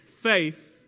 faith